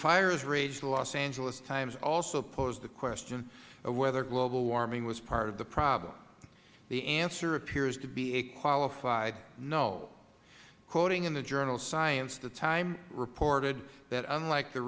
fires raged the los angeles times also posed the question of whether global warming was part of the problem the answer appears to be a qualified no quoting the journal of science the times reported that unlike the